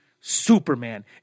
Superman